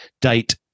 date